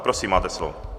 Prosím, máte slovo.